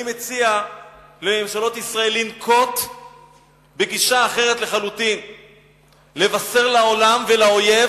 אני מציע לממשלות ישראל לנקוט גישה אחרת לחלוטין לבשר לעולם ולאויב